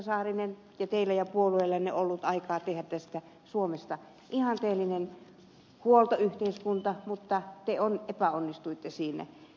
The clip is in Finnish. saarinen teillä ja puolueellanne ollut aikaa tehdä tästä suomesta ihanteellinen huoltoyhteiskunta mutta te epäonnistuitte siinä